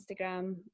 instagram